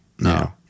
No